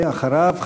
ואחריו,